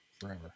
forever